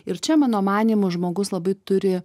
ir čia mano manymu žmogus labai turi